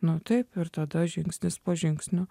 nu taip ir tada žingsnis po žingsnio